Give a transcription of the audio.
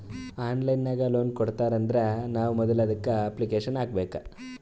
online ನಾಗ್ loan ಕೊಡ್ತಾರ್ ಅಂದುರ್ನು ನಾವ್ ಮೊದುಲ ಅದುಕ್ಕ ಅಪ್ಲಿಕೇಶನ್ ಹಾಕಬೇಕ್